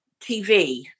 TV